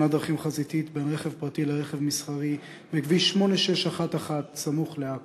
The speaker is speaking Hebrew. בהתנגשות חזיתית בין רכב פרטי לרכב מסחרי בכביש 8611 סמוך לעכו.